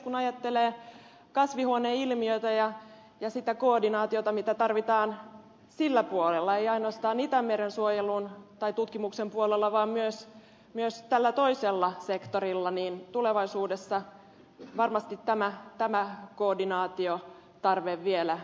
kun ajattelee kasvihuoneilmiötä ja sitä koordinaatiota mitä tarvitaan sillä puolella ei ainoastaan itämeren tutkimuksen puolella vaan myös tällä toisella sektorilla niin tulevaisuudessa varmasti tämä koordinaatiotarve vielä kasvaa